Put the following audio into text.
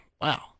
wow